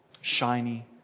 shiny